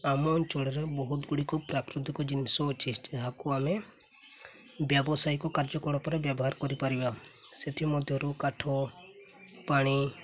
ଆମ ଅଞ୍ଚଳରେ ବହୁତ ଗୁଡ଼ିକ ପ୍ରାକୃତିକ ଜିନିଷ ଅଛି ଯାହାକୁ ଆମେ ବ୍ୟବସାୟିକ କାର୍ଯ୍ୟକଳାପରେ ବ୍ୟବହାର କରିପାରିବା ସେଥିମଧ୍ୟରୁ କାଠ ପାଣି